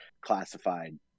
classified